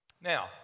now